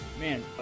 man